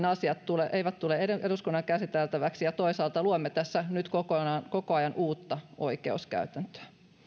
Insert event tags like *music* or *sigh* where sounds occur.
*unintelligible* asiat eivät tule eduskunnan käsiteltäviksi ja toisaalta luomme tässä nyt koko ajan uutta oikeuskäytäntöä